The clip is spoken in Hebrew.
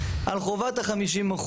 על חובת ה-50%.